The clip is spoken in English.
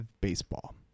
baseball